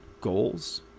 goals